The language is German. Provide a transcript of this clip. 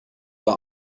war